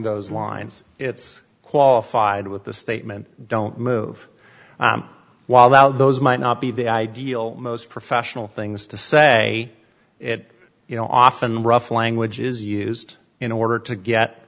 those lines it's qualified with the statement don't move while out those might not be the ideal most professional things to say it you know often rough language is used in order to get